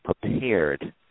prepared